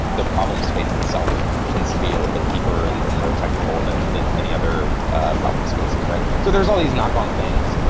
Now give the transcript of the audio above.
the problem space itself tends to be a little bit deeper and and more technical than than many other problem spaces, right? so there are all these knock on things.